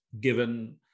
given